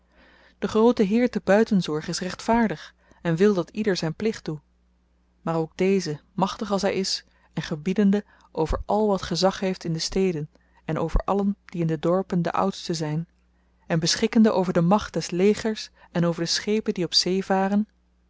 de groote heer te buitenzorg is rechtvaardig en wil dat ieder zyn plicht doe maar ook deze machtig als hy is en gebiedende over al wat gezag heeft in de steden en over allen die in de dorpen de oudsten zyn en beschikkende over de macht des legers en over de schepen die op zee varen